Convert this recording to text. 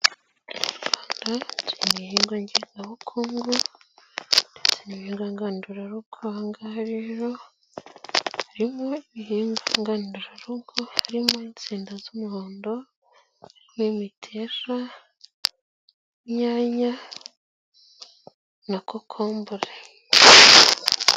Mu Rwanda, tugira ibihingwa ngengabukungu n'ibihingwa ngandurarugo, ahangaha rero harimo ibihingwa ngandurarugo, harimo insenda z'umuhondo n'imiteja, inyanya na kokombure.